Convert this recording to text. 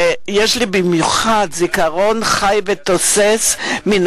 יש לי זיכרון חי ותוסס במיוחד מן